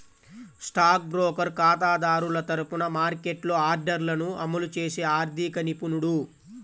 stock broker ఖాతాదారుల తరపున మార్కెట్లో ఆర్డర్లను అమలు చేసే ఆర్థిక నిపుణుడు